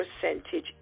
percentage